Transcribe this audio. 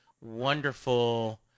wonderful –